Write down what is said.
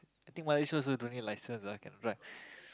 I think what you suppose do don't need license ah can drive